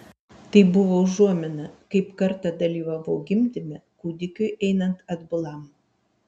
tai buvo užuomina kaip kartą dalyvavau gimdyme kūdikiui einant atbulam